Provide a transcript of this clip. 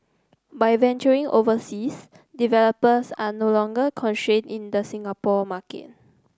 by venturing overseas developers are no longer constrained in the Singapore market